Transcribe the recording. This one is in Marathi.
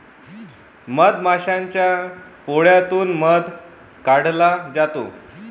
मधमाशाच्या पोळ्यातून मध काढला जातो